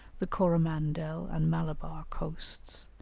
the coromandel and malabar coasts,